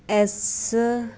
S